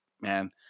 man